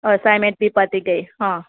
assignment બી પતી ગઈ હા